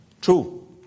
True